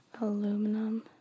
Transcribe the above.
aluminum